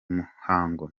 muhango